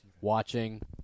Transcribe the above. watching